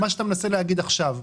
מה שאתה מנסה להגיד עכשיו.